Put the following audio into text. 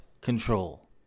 Control